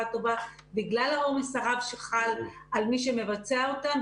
טובה בגלל העומס הרב שחל על מי שמבצע אותן,